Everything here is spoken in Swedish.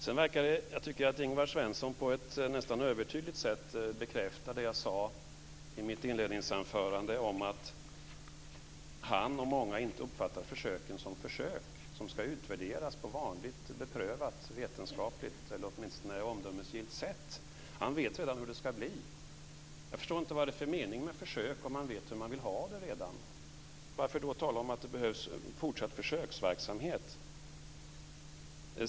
Jag tycker att Ingvar Svensson på ett nästan övertydligt sätt bekräftar det jag sade i mitt inledningsanförande, nämligen att han och många andra inte uppfattar försöken som försök som ska utvärderas på vanligt, beprövat, vetenskapligt, eller åtminstone omdömesgillt, sätt. Han vet redan hur det ska bli. Jag förstår inte vad det är för mening med försök om man redan vet hur man vill ha det. Varför då tala om att det behövs fortsatt försöksverksamhet?